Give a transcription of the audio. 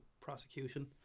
prosecution